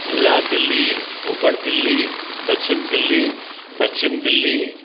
ओलह दिल्ली ओभर दिल्ली दक्षिण दिल्ली पश्चिम दिल्ली